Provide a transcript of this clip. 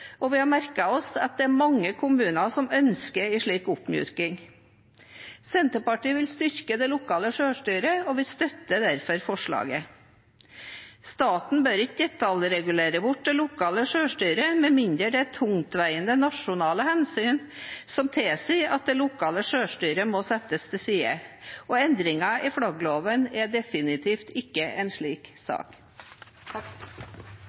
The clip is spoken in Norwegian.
og vi har merket oss at det er mange kommuner som ønsker en slik oppmyking. Senterpartiet vil styrke det lokale selvstyret, og vi støtter derfor forslaget. Staten bør ikke detaljregulere bort det lokale selvstyret med mindre det er tungtveiende nasjonale hensyn som tilsier at det lokale selvstyret må settes til side. Endringen i flaggloven er definitivt ikke en slik